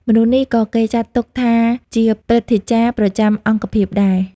មនុស្សនេះក៏គេចាត់ទុកថាជា ព្រឹទ្ធាចារ្យប្រចាំអង្គភាព ដែរ។